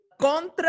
contra